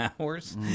hours